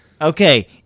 Okay